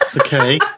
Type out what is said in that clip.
Okay